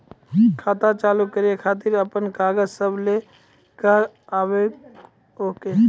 खाता चालू करै खातिर आपन कागज सब लै कऽ आबयोक?